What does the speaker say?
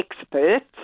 experts